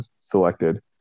selected